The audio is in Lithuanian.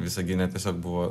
visagine tiesiog buvo